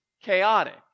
chaotic